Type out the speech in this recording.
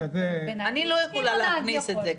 אני לא יכולה להכניס את זה,